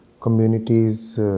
communities